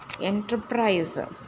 Enterprise